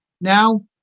Now